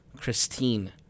Christine